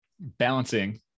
balancing